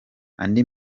andi